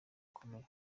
ukomeye